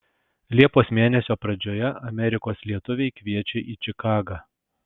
liepos mėnesio pradžioje amerikos lietuviai kviečia į čikagą